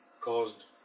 caused